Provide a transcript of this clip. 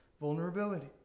vulnerability